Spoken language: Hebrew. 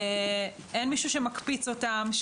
ואין מישהו שמקפיץ אותם.